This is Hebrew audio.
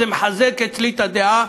זה מחזק אצלי את הדעה,